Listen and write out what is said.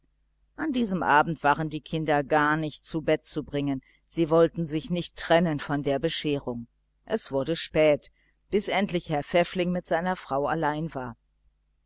an diesem abend waren die kinder gar nicht zu bett zu bringen sie wollten sich nicht trennen von der bescherung es wurde spät bis endlich herr pfäffling mit seiner frau allein war